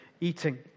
eating